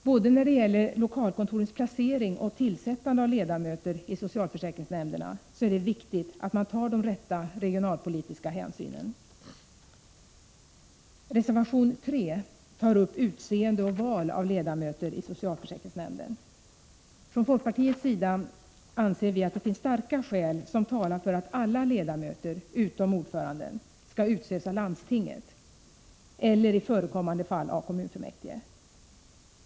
Både när det gäller lokalkontorens placering och när det gäller tillsättande av ledamöter i socialförsäkringsnämnderna är det viktigt att man tar de rätta regionalpolitiska hänsynen. Reservation 3 gäller utseende av ledamöter i socialförsäkringsnämnd. Från folkpartiets sida anser vi att starka skäl talar för att alla ledamöter, utom ordföranden, skall utses av landstinget — eller i förekommande fall av kommunfullmäktige.